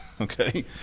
okay